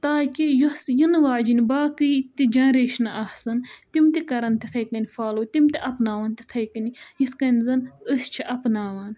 تاکہِ یۄس یِنہٕ واجٮ۪ن باقٕے تہِ جَنریشنہٕ آسَن تِم تہِ کَرَن تِتھَے کٔنۍ فالو تِم تہِ اَپناوَن تِتھَے کٔنۍ یِتھ کٔنۍ زَن أسۍ چھِ اَپناوان